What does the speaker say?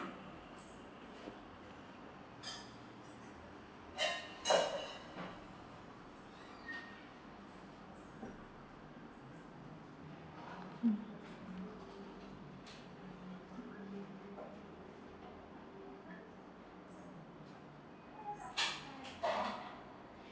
hmm